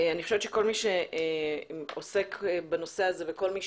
אני חושבת שכל מי שעוסק בנושא הזה וכל מי